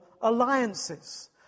alliances